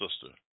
sister